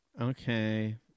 Okay